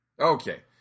Okay